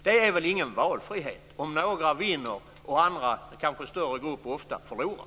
Det är väl ingen valfrihet om några vinner och andra, ofta kanske stora grupper, förlorar.